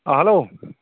অঁ হেল্ল'